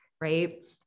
Right